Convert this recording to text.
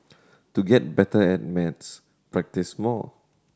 to get better at maths practise more